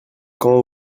quand